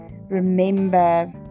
remember